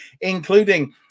including